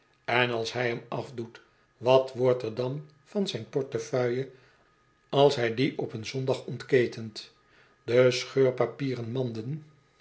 en als hij m afdoet wat wordt er dan van zijn portefeuille als hij die op een zondag ontketent de